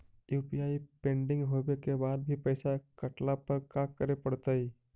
UPI pending होवे के बाद भी पैसा कटला पर का करे पड़तई?